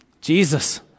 Jesus